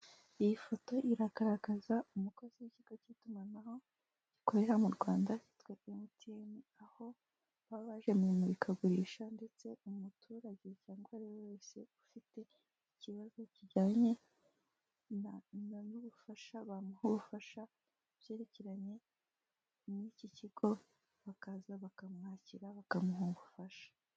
Iyi foto iragaragaza umukozi w'icyigo cy'itumanaho gikorera mu Rwanda kitwa mtn gukorera mu Rwanda aho baba baje mu imurikagurisha ndetse umuturage cyangwa uwariwe wese ufite ikibazo kijyanye n'ubufasha Bamuha ubufasha kubyerekeranye n'iki kigo akaza barakamwakira bakamuha ubufasha.